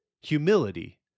Humility